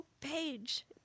page